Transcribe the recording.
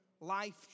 Life